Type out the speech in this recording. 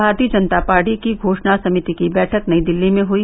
भारतीय जनता पार्टी की घोषणा समिति की बैठक नई दिल्ली में हुई